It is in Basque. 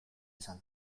esan